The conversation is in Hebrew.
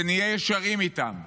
שנהיה ישרים איתם.